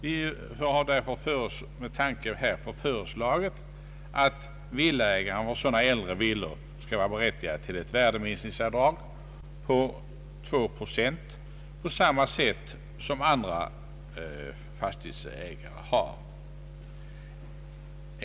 Vi har med tanke härpå föreslagit att ägare till sådana äldre villor skall vara berättigade till ett värdeminskningsavdrag på 2 procent på samma sätt som andra fastighetsägare.